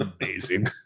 amazing